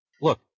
Look